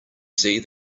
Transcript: see